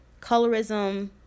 colorism